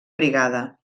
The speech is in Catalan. brigada